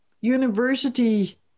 university